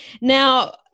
Now